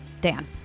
dan